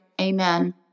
amen